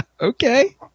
Okay